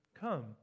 come